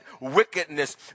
wickedness